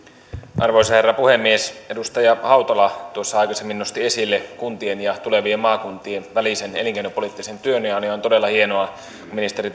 arvoisa herra puhemies edustaja hautala tuossa aikaisemmin nosti esille kuntien ja tulevien maakuntien välisen elinkeinopoliittisen työnjaon ja on todella hienoa kun ministeri